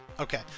Okay